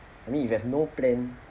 I mean if you have no plan